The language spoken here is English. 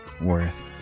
worth